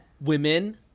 Women